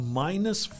minus